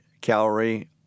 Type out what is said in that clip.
calorie